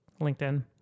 LinkedIn